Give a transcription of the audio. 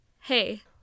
hey